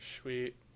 Sweet